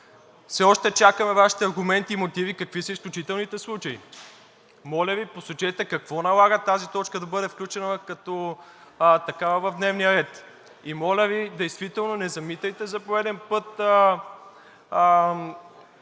Все още чакаме Вашите аргументи и мотиви какви са изключителните случаи? Моля Ви, посочете какво налага тази точка да бъде включена като такава в дневния ред? Моля Ви, не замитайте за пореден път